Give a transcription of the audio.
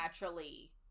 naturally